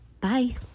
Bye